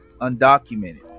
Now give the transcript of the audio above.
undocumented